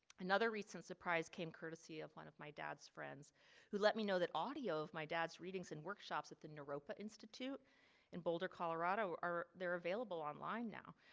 another recent surprise came courtesy of one of my dad's friends who let me know that audio of my dad's readings and workshops at the naropa institute in boulder, colorado are they're available online now.